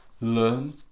learn